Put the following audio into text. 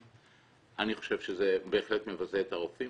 אני חושב שזה בהחלט מבזה את הרופאים,